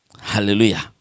Hallelujah